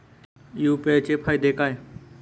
UPI चे फायदे काय?